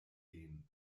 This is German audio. ideen